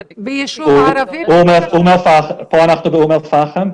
פה אנחנו באום אל פחם.